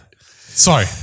Sorry